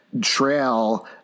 trail